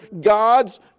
God's